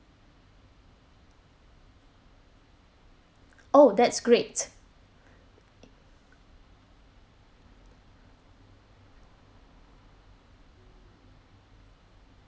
oh that's great